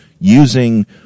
using